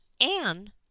Anne